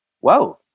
Whoa